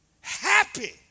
Happy